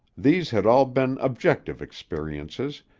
these had all been objective experiences,